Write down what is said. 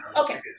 Okay